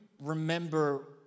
remember